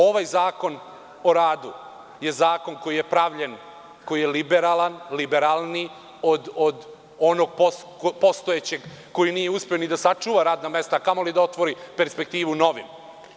Ovaj zakon o radu je zakon koji je pravljen, koji je liberalniji od onog postojećeg koji nije uspeo ni da sačuva radna mesta, a kamoli da otvori perspektivu novim.